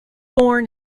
born